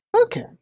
Okay